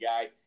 guy